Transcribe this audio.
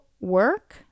work